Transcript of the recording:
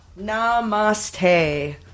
namaste